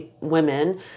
women